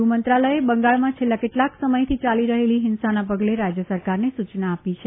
ગૃહમંત્રાલયે બંગાળમાં છેલ્લા કેટલાક સમયથી ચાલી રહેલી ફિંસાના પગલે રાજ્ય સરકારને સૂચના આપી છે